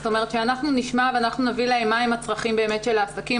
זאת אומרת שאנחנו נשמע ואנחנו נביא להם מה הם הצרכים באמת של העסקים,